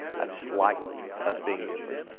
i just liked us being different.